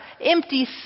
empty